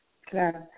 Claro